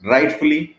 Rightfully